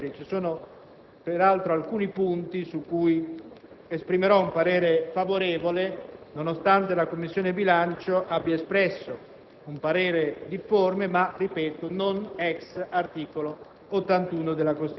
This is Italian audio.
Il secondo criterio è quello di tener conto, ovviamente, delle opinioni espresse dalla Commissione bilancio, sia quelle *ex* articolo 81,